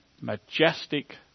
majestic